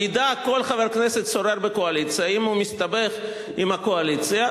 וידע כל חבר כנסת סורר בקואליציה שאם הוא מסתבך עם הקואליציה,